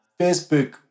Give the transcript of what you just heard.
Facebook